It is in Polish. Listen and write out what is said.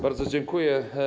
Bardzo dziękuję.